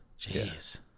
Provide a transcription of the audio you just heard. Jeez